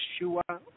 Yeshua